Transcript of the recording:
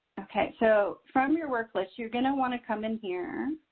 okay. so from your work list, you're going to want to come in here.